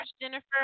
Jennifer